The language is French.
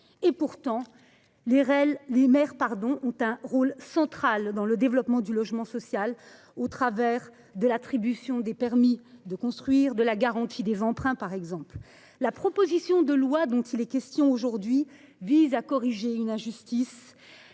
En effet, les maires jouent un rôle central dans le développement du logement social, au travers de l’attribution des permis de construire ou de la garantie des emprunts. La proposition de loi qui nous est aujourd’hui soumise vise à corriger une injustice,